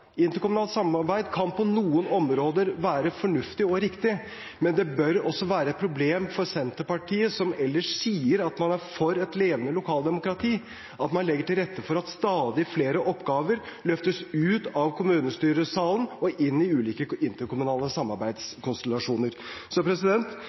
Interkommunalt samarbeid kan på noen områder være fornuftig og riktig. Men det bør også være et problem for Senterpartiet, som ellers sier at man er for et levende lokaldemokrati, at man legger til rette for at stadig flere oppgaver løftes ut av kommunestyresalen og inn i ulike interkommunale